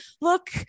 look